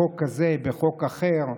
בחוק הזה, בחוק אחר.